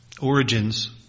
origins